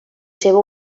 seva